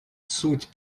суть